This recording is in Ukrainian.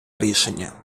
рішення